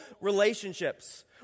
relationships